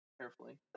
carefully